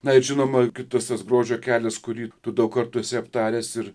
na ir žinoma kitas tas grožio kelias kurį tu daug kartų esi aptaręs ir